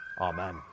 Amen